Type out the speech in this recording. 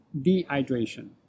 dehydration